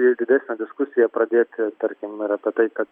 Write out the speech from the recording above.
ir didesnę diskusiją pradėti tarkim ir apie tai kad